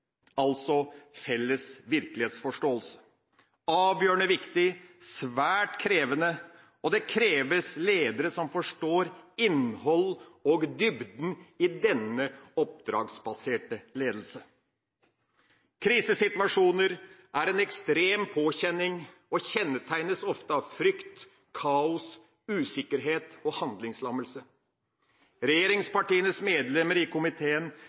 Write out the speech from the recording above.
altså felles virkelighetsforståelse. Det er avgjørende viktig og svært krevende, og det kreves ledere som forstår innhold og dybden i denne oppdragsbaserte ledelsen. Krisesituasjoner er en ekstrem påkjenning og kjennetegnes ofte av frykt, kaos, usikkerhet og handlingslammelse. Regjeringspartienes medlemmer i komiteen